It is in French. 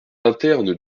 interne